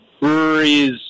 breweries